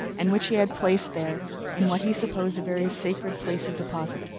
and which he had placed there in what he supposed a very sacred place of deposit.